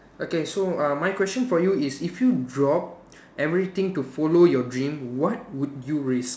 okay so err my question for you is if you drop everything to follow your dream what would you risk